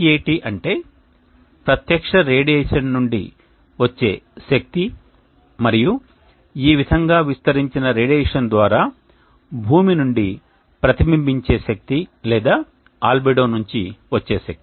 Hat అంటే ప్రత్యక్ష radiation నుండి వచ్చే శక్తి మరియు ఈ విధంగా విస్తరించిన రేడియేషన్ ద్వారా భూమి నుండి ప్రతిబింబించే శక్తి లేదా ఆల్బెడో నుంచి వచ్చే శక్తి